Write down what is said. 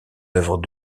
œuvres